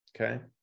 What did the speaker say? okay